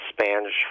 Spanish